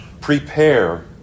Prepare